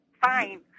Fine